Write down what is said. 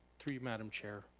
through you madam chair,